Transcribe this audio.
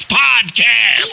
podcast